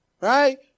right